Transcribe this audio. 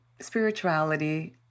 spirituality